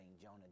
Jonah